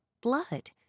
blood